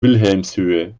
wilhelmshöhe